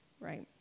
Right